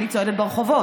אני צועדת ברחובות,